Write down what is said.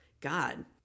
God